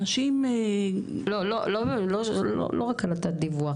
אנשים --- לא רק על התת-דיווח,